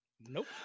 nope